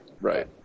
Right